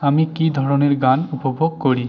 আমি কী ধরনের গান উপভোগ করি